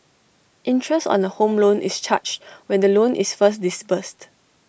interest on A home loan is charged when the loan is first disbursed